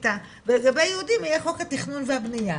ולגבי יהודים יהיה חוק התכנון והבנייה,